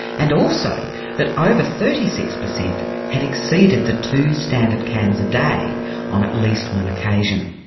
and also that over thirty six percent had exceeded the two standard cans a day on at least one occasion.